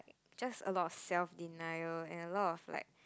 just a lot of self denial and a lot of like